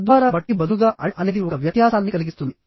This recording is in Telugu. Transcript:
తద్వారా బట్ కి బదులుగా అండ్ అనేది ఒక వ్యత్యాసాన్ని కలిగిస్తుంది